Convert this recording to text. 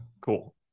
Cool